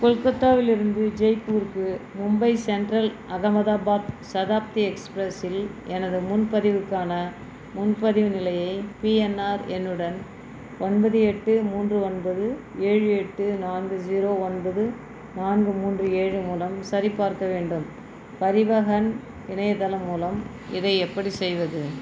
கொல்கத்தாவிலிருந்து ஜெய்ப்பூர் க்கு Mumbai central Ahmedabad Shatabdi express இல் எனது முன்பதிவுக்கான முன்பதிவு நிலையை பிஎன்ஆர் எண்ணுடன் ஒன்பது எட்டு மூன்று ஒன்பது ஏழு எட்டு நான்கு ஜீரோ ஒன்பது நான்கு மூன்று ஏழு மூலம் சரிபார்க்க வேண்டும் பரிவஹன் இணையதளம் மூலம் இதை எப்படி செய்வது